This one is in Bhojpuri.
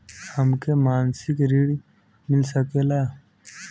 हमके मासिक ऋण मिल सकेला?